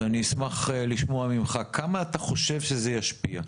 אז אשמח לשמוע ממך, כמה אתה חושב שזה ישפיע?